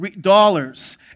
dollars